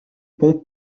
pont